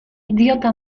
idiota